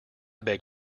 beg